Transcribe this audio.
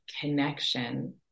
connection